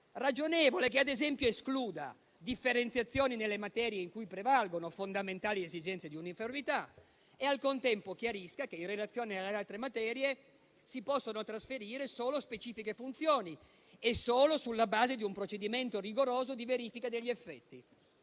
ragionevole, che, ad esempio, escluda differenziazioni nelle materie in cui prevalgono fondamentali esigenze di uniformità e al contempo chiarisca che, in relazione alle altre, si possono trasferire solo specifiche funzioni e solo sulla base di un procedimento rigoroso di verifica degli effetti.